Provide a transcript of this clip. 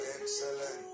excellent